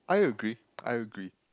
I agree I agree